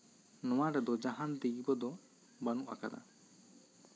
ᱱᱚᱣᱟ ᱨᱮᱫᱚ ᱡᱟᱦᱟᱱ ᱫᱤᱠ ᱠᱚᱫᱚ ᱵᱟᱹᱱᱩᱜ ᱟᱠᱟᱫᱟ